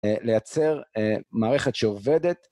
לייצר מערכת שעובדת